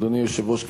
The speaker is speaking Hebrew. אדוני היושב-ראש.